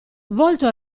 volto